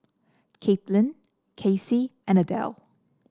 Caitlin Kacy and Adele